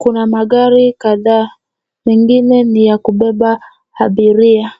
Kuna magari kadhaa. Mengine ni ya kubeba abiria.